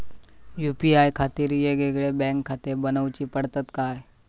UPI खातीर येगयेगळे बँकखाते बनऊची पडतात काय?